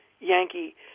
Yankee